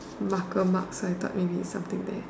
marker mark so I thought maybe it's something there